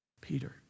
Peter